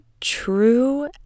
true